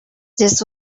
this